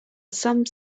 some